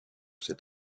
cet